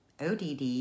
ODD